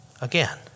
again